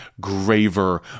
graver